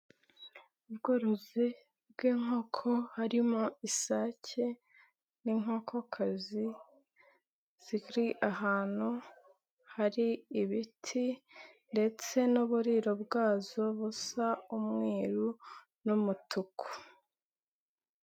Ubworozi bw'inkoko harimo isake n'inkokokazi zikiri ahantu hari ibiti ndetse n'uburiro bwazo busa umweru n'umutuku.